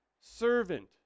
servant